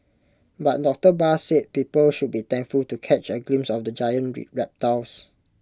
but doctor Barr said people should be thankful to catch A glimpse of the giant reptiles